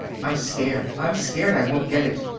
i'm scared. i'm scared i won't get it.